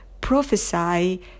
prophesy